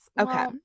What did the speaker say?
Okay